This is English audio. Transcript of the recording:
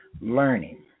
learning